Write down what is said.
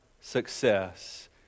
success